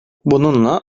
bununla